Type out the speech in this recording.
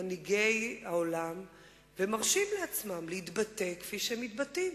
ממשלת קדימה לא הביאה את ישראל, עם כל הכבוד,